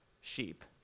sheep